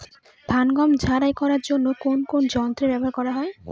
ধান ও গম ঝারাই করার জন্য কোন কোন যন্ত্র ব্যাবহার করা হয়?